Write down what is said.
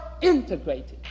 integrated